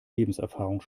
lebenserfahrung